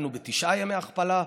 היינו בתשעה ימי הכפלה.